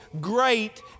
great